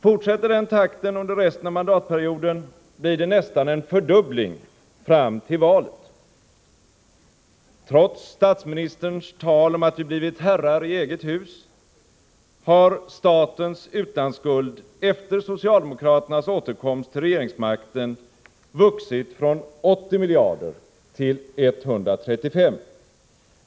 Fortsätter den takten under resten av mandatperioden, blir det nästan en fördubbling fram till valet. Trots statsministerns tal om att vi blivit herrar i eget hus igen har statens utlandsskuld efter socialdemokraternas återkomst till regeringsmakten vuxit från 80 miljarder till 135.